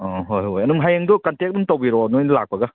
ꯑꯣ ꯍꯣꯏ ꯍꯣꯏ ꯍꯣꯏ ꯑꯗꯨꯝ ꯍꯌꯦꯡꯗꯣ ꯀꯣꯟꯇꯦꯛ ꯑꯗꯨꯝ ꯇꯧꯕꯤꯔꯛꯑꯣ ꯅꯣꯏꯅ ꯂꯥꯛꯄꯒ